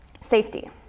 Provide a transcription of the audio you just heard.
safety